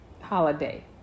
holiday